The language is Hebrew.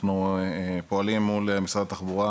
אנחנו פועלים מול משרד התחבורה,